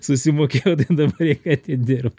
susivokiau tai dabar reik atidirbt